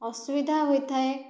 ଅସୁବିଧା ହୋଇଥାଏ